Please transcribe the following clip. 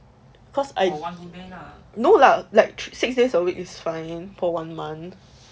cause I no lah like six days a week is fine for one month